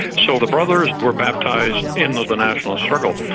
so the brothers were baptised in the the nationalist struggle.